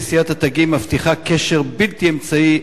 נשיאת התגים מבטיחה קשר בלתי אמצעי,